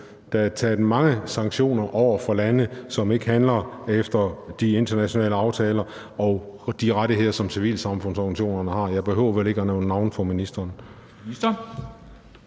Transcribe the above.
jo taget mange sanktioner over for lande, som ikke handler efter de internationale aftaler og de rettigheder, som civilsamfundsorganisationerne har, og jeg behøver vel ikke at nævne navne for ministeren.